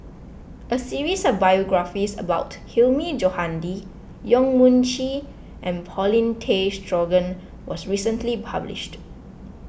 a series of biographies about Hilmi Johandi Yong Mun Chee and Paulin Tay Straughan was recently published